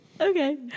Okay